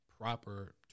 proper